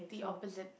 the opposite